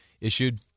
issued